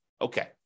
Okay